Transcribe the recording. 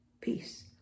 peace